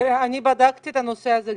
אני בדקתי את הנושא הזה.